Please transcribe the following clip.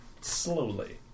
Slowly